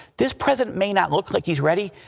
this president may not look like he is ready,